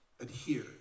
adhere